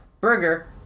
burger